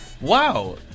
Wow